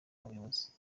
n’ubuyobozi